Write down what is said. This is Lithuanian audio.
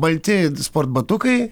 balti sportbatukai